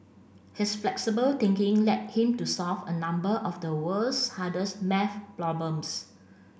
his flexible thinking led him to solve a number of the world's hardest maths problems